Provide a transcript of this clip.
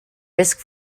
risk